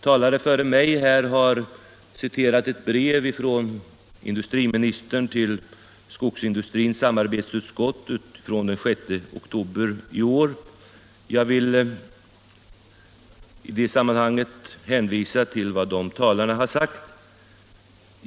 Talare före mig har citerat ett brev från industriministern till skogsindustrins samarbetsutskott av den 6 oktober i år. Jag kan i det sammanhanget hänvisa till vad dessa talare har sagt.